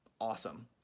awesome